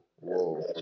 whoa